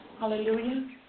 Hallelujah